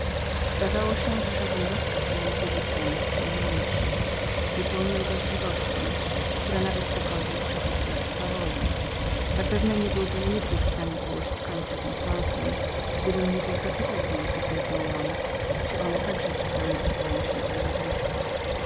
zdawało się że żaden rozkaz niemógł być dla nich przyjemniejszym wypełniły go z żywością która nawet cokolwiek przechodziła w swawolę zapewne niebyłbym nigdy w stanie położyć koniec tym pląsom gdybym nie był zapytał piękne nieznajome czyli one także czasami oddawały się tej rozrywce